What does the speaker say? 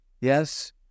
yes